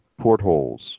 portholes